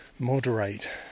moderate